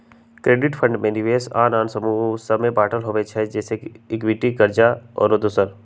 hybrid fund में निवेश आन आन समूह सभ में बाटल होइ छइ जइसे इक्विटी, कर्जा आउरो दोसर